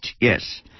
yes